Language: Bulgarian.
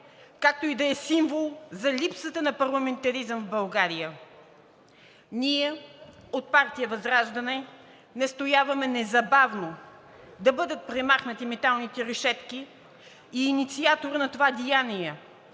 както и да е символ за липсата на парламентаризъм в България. Ние от партия ВЪЗРАЖДАНЕ настояваме незабавно да бъдат премахнати металните решетки и инициаторът на това деяние